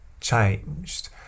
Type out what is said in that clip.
changed